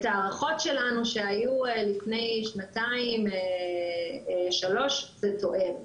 את ההערכות שלנו שהיו לפני שנתיים-שלו, זה תואם.